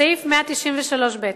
סעיף 193(ב)